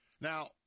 Now